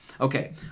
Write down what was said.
Okay